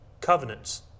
covenants